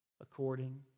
according